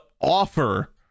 offer